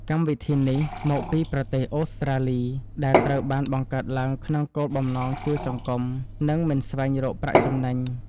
កម្មវិធីនេះមកពីប្រទេសអូស្ត្រាលីដែលត្រូវបានបង្កើតឡើងក្នុងគោលបំណងជួយសង្គម និង មិនស្វែងរកប្រាក់ចំណេញ។